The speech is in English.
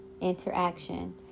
interaction